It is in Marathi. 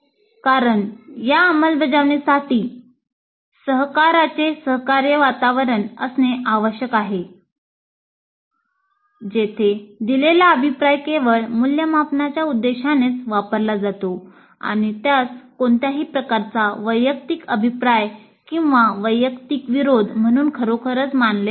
कारण या अंमलबजावणीसाठी सहकाराचे सहकार्य वातावरण असणे आवश्यक आहे जेथे दिलेला अभिप्राय केवळ मूल्यमापनाच्या उद्देशानेच वापरला जातो आणि त्यास कोणत्याही प्रकारचा वैयक्तिक अभिप्राय किंवा वैयक्तिक विरोध म्हणून खरोखरच मानले जात नाही